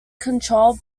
controlled